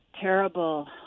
terrible